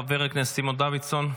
חבר הכנסת סימון דוידסון,